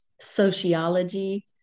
sociology